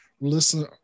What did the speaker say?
listen